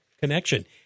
connection